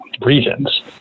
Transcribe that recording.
regions